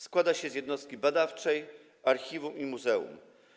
Składa się z jednostki badawczej, archiwum i muzeum.